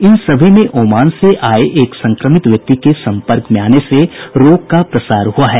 इन सभी में ओमान से आये एक संक्रमित व्यक्ति के संपर्क में आने से रोग का प्रसार हुआ है